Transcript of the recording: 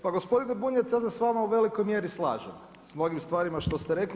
Pa gospodine Bunjac, ja se s vama u velikoj mjeri slažem s mnogim stvarima što ste rekli.